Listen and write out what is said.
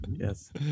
Yes